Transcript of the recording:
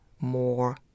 more